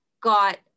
got